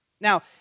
Now